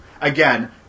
Again